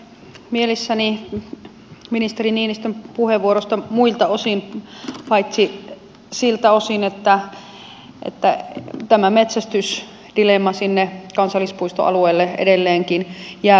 olen mielissäni ministeri niinistön puheenvuorosta muilta osin paitsi siltä osin että tämä metsästysdilemma sinne kansallispuistoalueelle edelleenkin jää